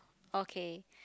okay